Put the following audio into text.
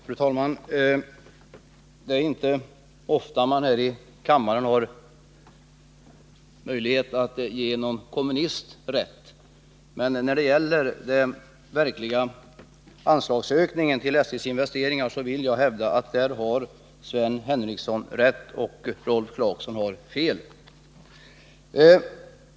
Fru talman! Det är inte ofta man här i kammaren har anledning att ge en kommunist rätt. Men när det gäller den verkliga anslagsökningen till SJ:s investeringar vill jag hävda att Sven Henricsson har rätt och Rolf Clarkson fel.